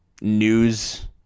news